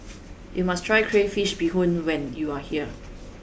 you must try Crayfish Beehoon when you are here